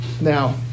Now